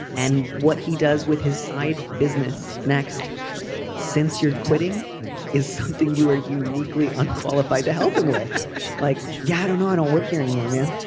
and what he does with his side business. next since you're quitting is something you are uniquely unqualified to help him with like you yeah don't know i don't work here anymore man.